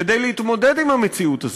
כדי להתמודד עם המציאות הזאת,